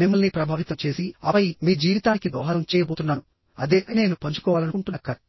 మిమ్మల్ని ప్రభావితం చేసి ఆపై మీ జీవితానికి దోహదం చేయబోతున్నాను అదే నేను పంచుకోవాలనుకుంటున్న కథ